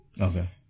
Okay